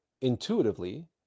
intuitively